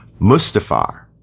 Mustafar